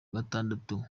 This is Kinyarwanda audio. gatandatu